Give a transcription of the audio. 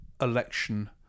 election